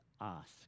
ask